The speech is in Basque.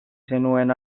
zenuen